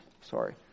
sorry